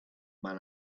man